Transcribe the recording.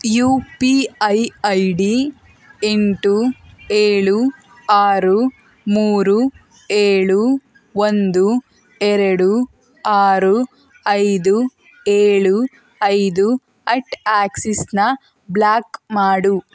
you P I I D ಎಂಟು ಏಳು ಆರು ಮೂರು ಏಳು ಒಂದು ಎರಡು ಆರು ಐದು ಏಳು ಐದು ಅಟ್ ಆಕ್ಸಿಸನ್ನ ಬ್ಲಾಕ್ ಮಾಡು